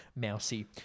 Mousy